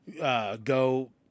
go